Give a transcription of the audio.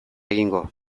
egingo